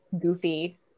goofy